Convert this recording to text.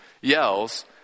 yells